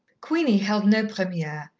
queenie held no premiere.